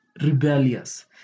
rebellious